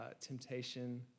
temptation